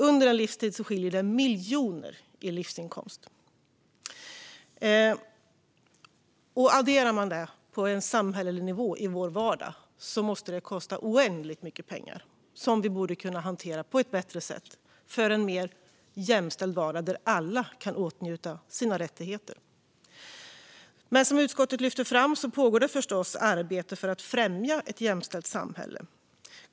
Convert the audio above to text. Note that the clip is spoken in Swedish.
Under en livstid skiljer det miljoner i livsinkomst. Om man adderar detta på en samhällelig nivå i vår vardag ser man att det måste kosta oändligt mycket pengar som vi borde kunna hantera på ett bättre sätt för en mer jämställd vardag där alla kan åtnjuta sina rättigheter. Som utskottet lyfter fram pågår det förstås arbete för att främja ett jämställt samhälle.